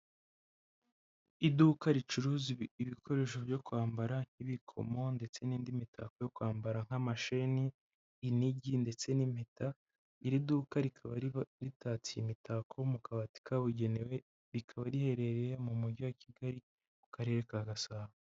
Iduka ricuruza ibikoresho byo kwambara nk'ibikomo ndetse n'indi mitako yo kwambara nk'amasheni, inigi ndetse n'impeta, iri duka rikaba riba ritatse iyi mitako mu kabati kabugenewe, rikaba riherereye mu mujyi wa Kigali mu karere ka Gasabo.